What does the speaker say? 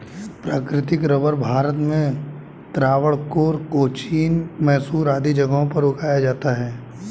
प्राकृतिक रबर भारत में त्रावणकोर, कोचीन, मैसूर आदि जगहों पर उगाया जाता है